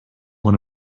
one